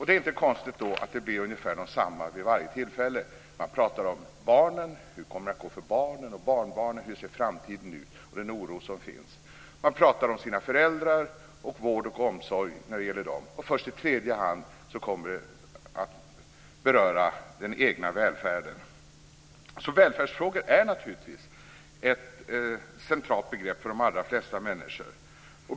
Det är inte konstigt att svaren blir ungefär desamma vid varje tillfälle. Man pratar om hur det kommer att gå för barnen och barnbarnen och om oron för hur framtiden ser ut. Man pratar om vården och omsorgen om sina föräldrar. Först i tredje hand berör man den egna välfärden. Välfärdsfrågor är naturligtvis ett centralt begrepp för de allra flesta människor.